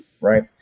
right